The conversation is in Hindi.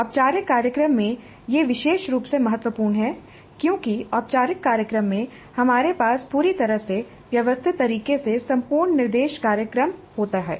औपचारिक कार्यक्रम में यह विशेष रूप से महत्वपूर्ण है क्योंकि औपचारिक कार्यक्रम में हमारे पास पूरी तरह से व्यवस्थित तरीके से संपूर्ण निर्देश कार्यक्रम होता है